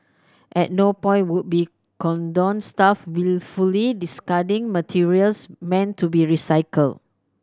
at no point would be condone staff wilfully discarding materials meant to be recycled